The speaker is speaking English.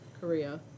Korea